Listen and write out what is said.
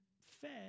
fed